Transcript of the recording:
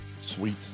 sweet